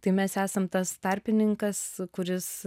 tai mes esam tas tarpininkas kuris